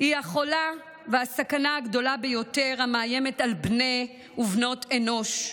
היא המחלה והסכנה הגדולה ביותר המאיימת על בני ובנות אנוש,